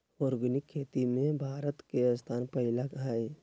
organic खेती में भारत के स्थान पहिला हइ